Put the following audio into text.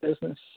business